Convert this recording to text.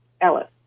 Ellis